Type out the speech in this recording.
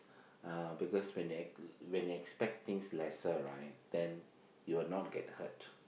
because when they ex when they expect things lesser right then you will not get hurt